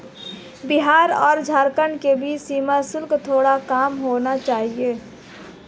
बिहार और झारखंड के बीच सीमा शुल्क थोड़ा कम होना चाहिए